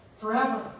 forever